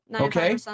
Okay